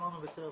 אמרנו "בסדר,